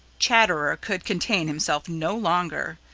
chatterer could contain himself no longer.